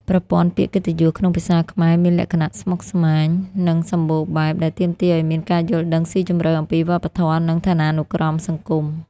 ប្រព័ន្ធពាក្យកិត្តិយសក្នុងភាសាខ្មែរមានលក្ខណៈស្មុគស្មាញ និងសម្បូរបែប ដែលទាមទារឱ្យមានការយល់ដឹងស៊ីជម្រៅអំពីវប្បធម៌ និងឋានានុក្រមសង្គម។